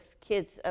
kids